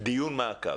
דיון מעקב.